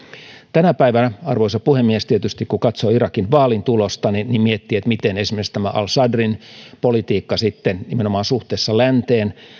tänä päivänä tietysti arvoisa puhemies kun katsoo irakin vaalin tulosta miettii miten esimerkiksi tämä al sadrin politiikka sitten nimenomaan suhteessa länteen